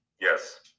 Yes